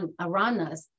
Aranas